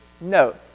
No